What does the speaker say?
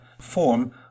form